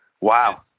Wow